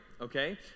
okay